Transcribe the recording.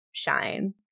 Shine